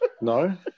No